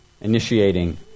initiating